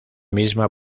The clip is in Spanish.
misma